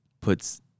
puts